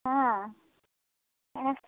हँ अँ